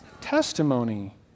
testimony